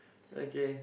okay